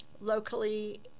locally